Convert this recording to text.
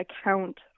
account